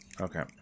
Okay